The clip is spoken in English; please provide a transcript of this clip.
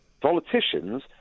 politicians